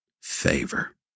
favor